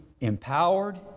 empowered